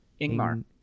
Ingmar